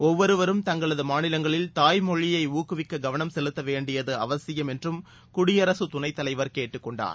ஒவ்வொருவரும் தங்களது மாநிலங்களில் தாய்மொழியை ஊக்குவிக்க கவனம் செலுத்த வேண்டியது அவசியம் என்றும் குடியரசு துணைத்தலைவர் கேட்டுக்கொண்டார்